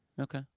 Okay